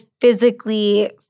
physically